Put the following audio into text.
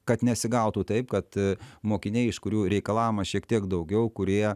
kad nesigautų taip kad mokiniai iš kurių reikalaujama šiek tiek daugiau kurie